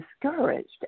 discouraged